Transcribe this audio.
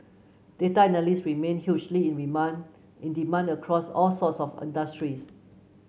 data analyst remain hugely in remand in demand across all sorts of industries